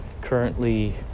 currently